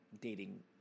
dating